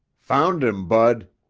found him, bud,